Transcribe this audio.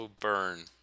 burn